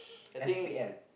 S P L